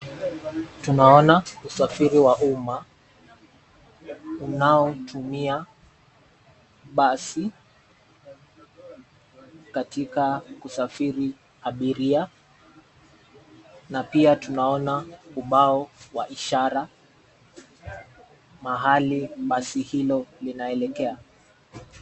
Tunaona usafiri wa umma, unao tumia basi katika kusafiri abiria. Na pia tunaona ubao wa ishara, mahali basi hilo linaelekea.